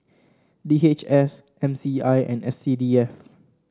D H S M C I and S C D F